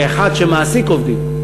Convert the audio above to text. כאחד שמעסיק עובדים,